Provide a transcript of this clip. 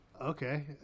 Okay